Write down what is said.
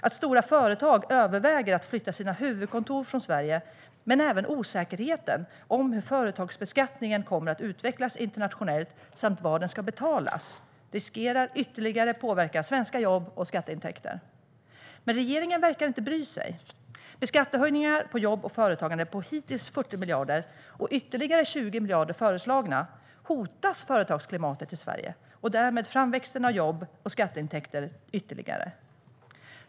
Att stora företag överväger att flytta sina huvudkontor från Sverige riskerar att ytterligare påverka svenska jobb och skatteintäkter. Detsamma gäller osäkerheten om hur företagsbeskattningen kommer att utvecklas internationellt samt var skatten ska betalas. Men regeringen verkar inte bry sig. Med skattehöjningar på jobb och företagande på hittills 40 miljarder - och ytterligare 20 miljarder föreslagna - hotas företagsklimatet i Sverige och därmed framväxten av jobb och skatteintäkter ytterligare.